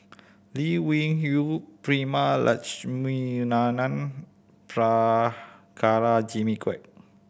Lee Wung Yew Prema Letchumanan Prabhakara Jimmy Quek